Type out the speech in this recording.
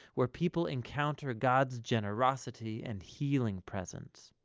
where people encounter god's generosity and healing presence.